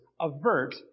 avert